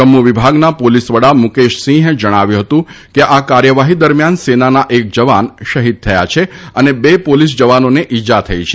જમ્મુ વિભાગના પોલીસ વડા મુકેશ સિંહે જણાવ્યું હતું કે આ કાર્યવાહી દરમ્યાન સેનાના એક જવાન શહીદ થયા છે અને બે પોલીસ જવાનોને ઇજા થઇ છે